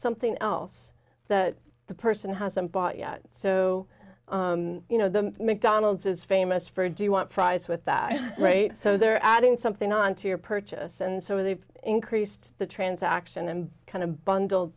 something else that the person hasn't bought yet so you know the mcdonald's is famous for do you want fries with that right so they're adding something on to your purchase and so they've increased the transaction and kind of bundled